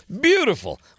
Beautiful